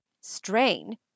Strain